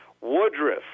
Woodruff